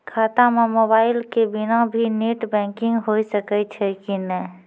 खाता म मोबाइल के बिना भी नेट बैंकिग होय सकैय छै कि नै?